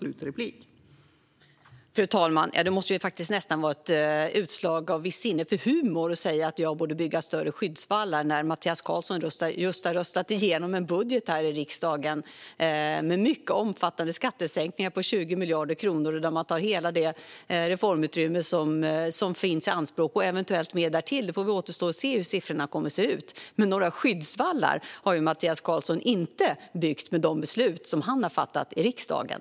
Fru talman! Det måste nästan vara ett uttryck för ett visst sinne för humor att Mattias Karlsson säger att jag borde bygga större skyddsvallar, när han just har röstat igenom en budget här i riksdagen med mycket omfattande skattesänkningar på 20 miljarder kronor där man tar i anspråk hela det reformutrymme som finns och eventuellt mer därtill. Det återstår att se hur siffrorna kommer att se ut. Men några skyddsvallar har Mattias Karlsson inte byggt med de beslut som han har varit med och fattat i riksdagen.